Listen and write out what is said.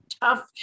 tough